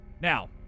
Now